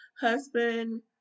Husband